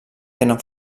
tenen